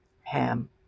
Ham